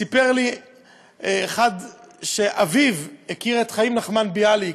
סיפר לי אחד שאביו הכיר את חיים נחמן ביאליק,